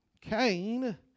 Cain